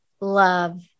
love